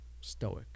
stoic